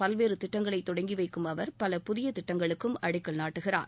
பல்வேறு திட்டங்களை தொடங்கி வைக்கும் அவர் பல புதிய திட்டங்களுக்கும் அடிக்கல் நாட்டுகிறார்